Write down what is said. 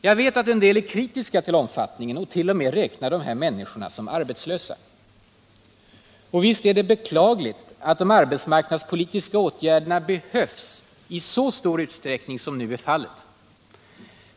Jag vet att en del är kritiska till omfattningen och t.o.m. räknar de här människorna som arbetslösa. Och visst är det beklagligt att de arbetsmarknadspolitiska åtgärderna behövs i så stor utsträckning som nu är fallet.